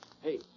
Hey